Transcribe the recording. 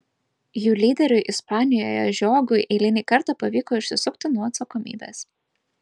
jų lyderiui ispanijoje žiogui eilinį kartą pavyko išsisukti nuo atsakomybės